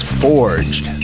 forged